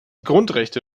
grundrechte